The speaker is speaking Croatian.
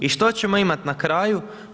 I što ćemo imati na kraju?